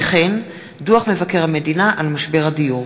וכן דוח מבקר המדינה על משבר הדיור.